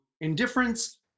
indifference